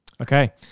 Okay